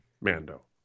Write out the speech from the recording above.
Mando